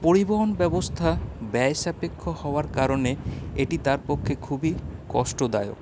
পরিবহন ব্যবস্থা ব্যয় সাপেক্ষ হওয়ার কারণে এটি তার পক্ষে খুবই কষ্টদায়ক